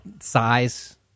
size